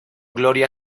gloria